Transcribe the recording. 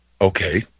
Okay